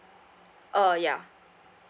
uh ya